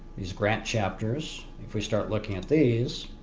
these grant chapters if we start looking at these